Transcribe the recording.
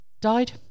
died